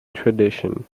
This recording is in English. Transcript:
tradition